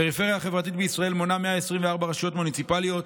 הפריפריה החברתית בישראל מונה 124 רשויות מוניציפליות,